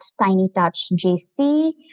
tinytouchjc